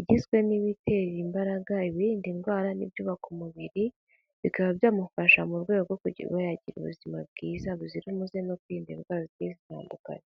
igizwe n'ibitera imbaraga, ibirinda indwara n'ibyubaka umubiri, bikaba byamufasha mu rwego rwo kujya yakira ubuzima bwiza buzira umuze no kwirinda indwara zigiye zitandukanye.